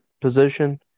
position